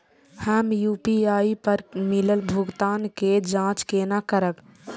हम यू.पी.आई पर मिलल भुगतान के जाँच केना करब?